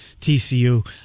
TCU